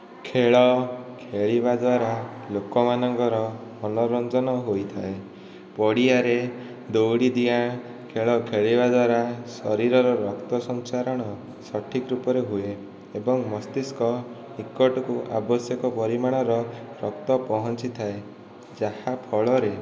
ଖେଳ ଖେଳିବା ଦ୍ୱାରା ଲୋକମାନଙ୍କର ମନୋରଞ୍ଜନ ହୋଇଥାଏ ପଡ଼ିଆରେ ଦଉଡ଼ି ଡିଆଁ ଖେଳ ଖେଳିବା ଦ୍ୱାରା ଶରୀରର ରକ୍ତ ସଞ୍ଚାରଣ ସଠିକ ରୂପରେ ହୁଏ ଏବଂ ମସ୍ତିସ୍କ ନିକଟକୁ ଆବଶ୍ୟକ ପରିମାଣର ରକ୍ତ ପହଞ୍ଚି ଥାଏ ଯାହା ଫଳରେ